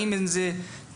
האם אין איזה צופר?